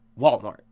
Walmart